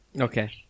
Okay